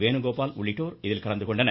வேணுகோபால் உள்ளிட்டோர் கலந்துகொண்டனர்